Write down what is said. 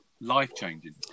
life-changing